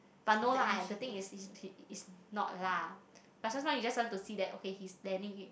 but no lah the thing is is is not lah but sometimes you just want to see that okay he's planning it